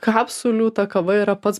kapsulių ta kava yra pats